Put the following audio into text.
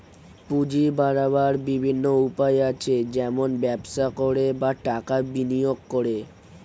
পুঁজি বাড়াবার বিভিন্ন উপায় আছে, যেমন ব্যবসা করে, বা টাকা বিনিয়োগ করে